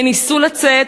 הן ניסו לצאת,